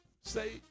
Say